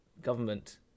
government